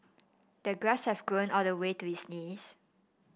the grass had grown all the way to his knees